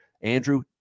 Andrew